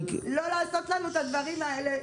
לא לעשות לנו את הדברים האלה.